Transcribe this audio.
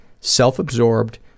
self-absorbed